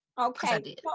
Okay